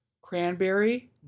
cranberry